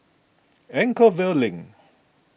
Anchorvale Link